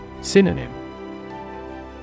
Synonym